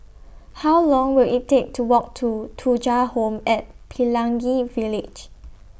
How Long Will IT Take to Walk to Thuja Home At Pelangi Village